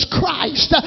Christ